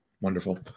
Wonderful